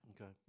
Okay